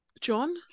John